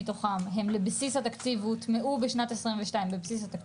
מתוכם הם לבסיס התקציב והוטמעו בשנת 2022 לבסיס,